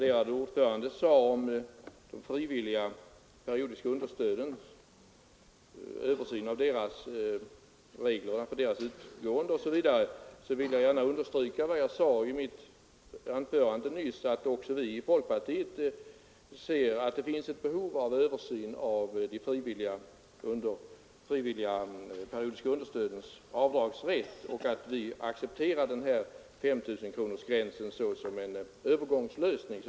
Med anledning av vad utskottets värderade ordförande sade om en översyn av reglerna för de frivilliga periodiska understöden vill jag understryka vad jag sade i mitt anförande nyss, att också vi i folkpartiet anser att det finns ett behov av översyn av reglerna för denna avdragsrätt och att vi accepterar 5 000-kronorsgränsen såsom en övergångslösning.